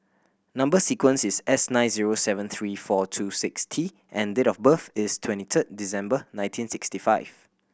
number sequence is S nine zero seven three four two six T and date of birth is twenty third December nineteen sixty five